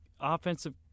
offensive